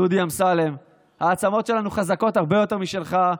דודי אמסלם: העצמות שלנו חזקות הרבה יותר משלך.